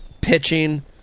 pitching